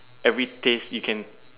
every taste you can